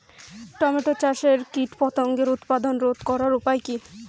Tomato চাষে কীটপতঙ্গের উৎপাত রোধ করার উপায় কী?